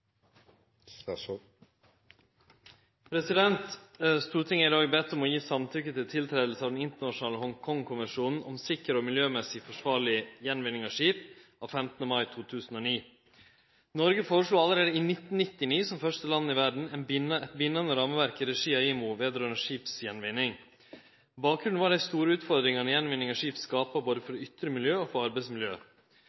dette. Stortinget er i dag bedt om å gi samtykke til tiltreding av den internasjonale Hongkong-konvensjonen om sikker og miljømessig forsvarlig gjenvinning av skip, av 15. mai 2009. Noreg foreslo allereie i 1999, som første land i verda, eit bindande rammeverk i regi av IMO, som gjeld skipsgjenvinning. Bakgrunnen var dei store utfordringane gjenvinning av skip skapar for både det ytre miljøet og for